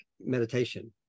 meditation